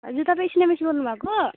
हजुर तपाईँ सिना मिस बोल्नुभएको